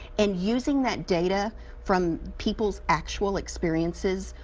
and using that data from people's actual experiences,